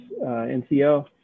NCO